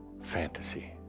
fantasy